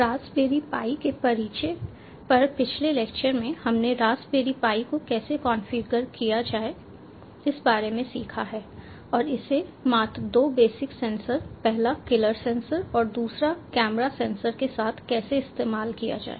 Raspberry pi के परिचय पर पिछले लेक्चरों में हमने रास्पबेरी पाई को कैसे कॉन्फ़िगर किया जाए इस बारे में सीखा है और इसे मात्र 2 बेसिक सेंसर पहला किलर सेंसर और दूसरा कैमरा सेंसर के साथ कैसे इस्तेमाल किया जाए